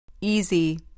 Easy